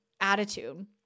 attitude